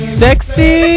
sexy